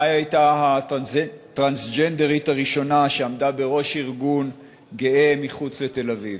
מאי הייתה הטרנסג'נדרית הראשונה שעמדה בראש ארגון גאה מחוץ לתל-אביב.